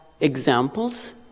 examples